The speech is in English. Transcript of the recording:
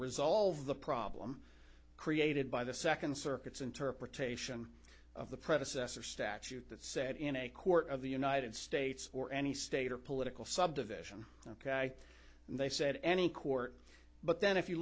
resolve the problem created by the second circuit's interpretation of the predecessor statute that said in a court of the united states or any state or political subdivision ok and they said any court but then if you